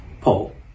Paul